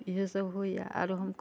इहै सभ होइयै आरु हम क